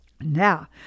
Now